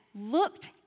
looked